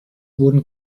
wurden